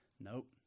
Nope